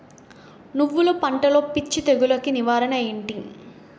నువ్వులు పంటలో పిచ్చి తెగులకి నివారణ ఏంటి?